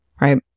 right